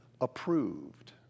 approved